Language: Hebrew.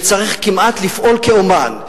וצריך כמעט לפעול כאמן,